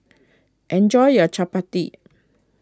enjoy your Chapati